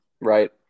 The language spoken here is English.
right